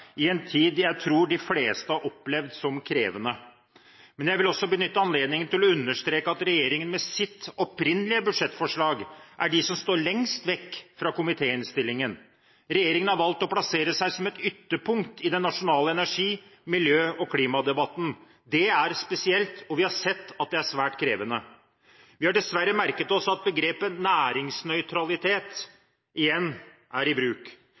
i en tid jeg tror de fleste har opplevd som krevende. Men jeg vil også benytte anledningen til å understreke at regjeringen med sitt opprinnelige budsjettforslag er de som står lengst vekk fra komitéinnstillingen. Regjeringen har valgt å plassere seg som et ytterpunkt i den nasjonale energi-, miljø- og klimadebatten. Det er spesielt, og vi har sett at det er svært krevende. Vi har dessverre merket oss at begrepet «næringsnøytralitet» igjen er i bruk